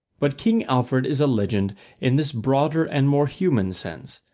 but king alfred is a legend in this broader and more human sense,